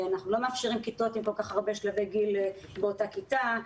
אנחנו לא מאפשרים כיתות עם כל כך הרבה שלבי גיל באותה כיתה.